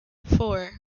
four